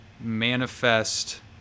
manifest